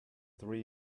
three